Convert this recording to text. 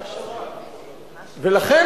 לכן,